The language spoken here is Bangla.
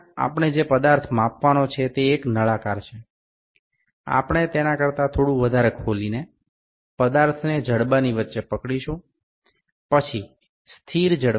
এখানে যে বৈশিষ্ট্যটি পরিমাপ করা হবে তা হল সিলিন্ডার আমরা সিলিন্ডারের তুলনায় এটি আরও কিছুটা খুলি এবং বাহু দ্বারা বৈশিষ্ট্যটি ধরে রাখি